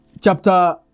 chapter